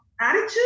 attitude